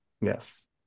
Yes